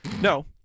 No